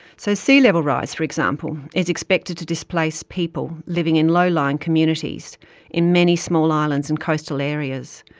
so sea-level rise, for example, is expected to displace people living in low-lying communities in many small islands and coastal areas.